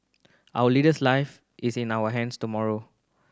our leader's life is in our hands tomorrow